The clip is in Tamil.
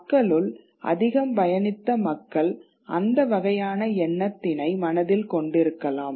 மக்களுள் அதிகம் பயணித்த மக்கள் அந்த வகையான எண்ணத்தினை மனதில் கொண்டிருக்கலாம்